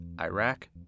Iraq